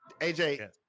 AJ